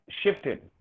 shifted